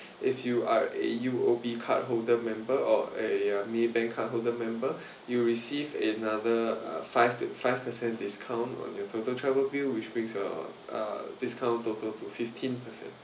if you are a U_O_B card holder member or a uh maybank card holder member you'll receive another five to five percent discount on your total travel bill which brings uh uh discount total to fifteen percent